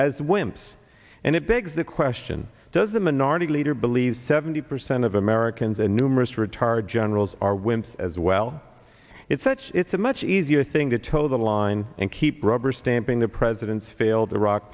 as wimps and it begs the question does the minority leader believe seventy percent of americans and numerous retired generals are wimps as well it's such it's a much easier thing to toe the line and keep rubber stamping the president's failed